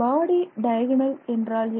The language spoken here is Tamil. பாடி மூலைவிட்டம் என்றால் என்ன